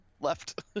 left